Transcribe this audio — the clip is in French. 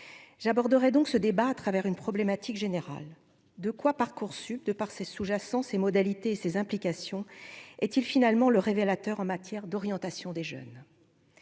j'aborderai donc ce débat à travers une problématique générale de quoi Parcoursup de par ses sous-jacent ses modalités, ses implications est-il finalement le révélateur en matière d'orientation des jeunes,